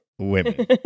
Women